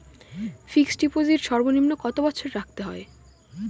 Fixed deposit সর্বনিম্ন কত বছর রাখতে হয়?